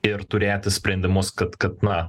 ir turėti sprendimus kad kad na